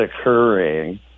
occurring